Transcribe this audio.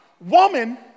woman